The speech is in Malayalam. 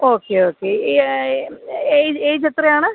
ഓക്കെ ഓക്കെ ഇ എയ്ജ് എത്രയാണ്